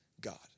God